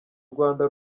rwanda